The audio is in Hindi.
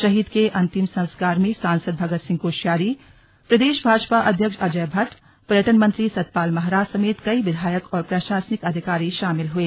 शहीद के अंतिम संस्कार में सांसद भगत सिंह कोश्यारी प्रदेश भाजपा अध्यक्ष अजय भट्ट पर्यटन मन्त्री सतपाल महाराज समेत कई विधायक और प्रशासनिक अधिकारी शामिल हुए